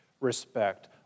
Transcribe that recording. respect